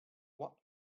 what